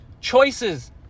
choices